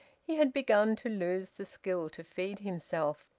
he had begun to lose the skill to feed himself.